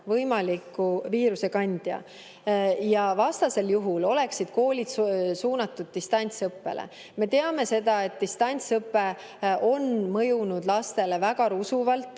võimaliku viirusekandja. Vastasel juhul oleksid koolid suunatud distantsõppele. Me teame seda, et distantsõpe on mõjunud lastele väga rusuvalt,